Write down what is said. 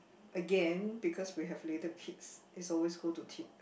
again because we have little kids is always go to